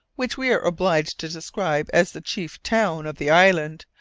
which we are obliged to describe as the chief town of the island,